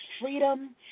freedom